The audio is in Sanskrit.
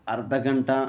अर्धघण्टा